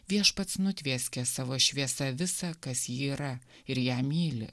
viešpats nutvieskė savo šviesa visa kas ji yra ir ją myli